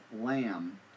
Lamb